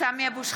סמי אבו שחאדה,